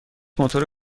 موتور